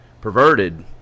Perverted